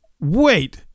Wait